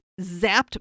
zapped